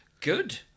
Good